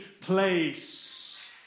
place